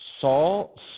Saul